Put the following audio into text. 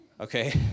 Okay